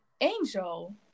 Angel